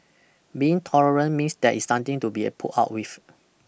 being tolerant means there is something to be put up with